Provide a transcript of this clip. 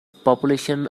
population